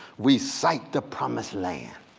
we sight the promised land.